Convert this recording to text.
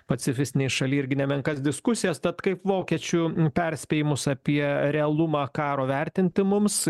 pacifistinėj šaly irgi nemenkas diskusijas tad kaip vokiečių perspėjimus apie realumą karo vertinti mums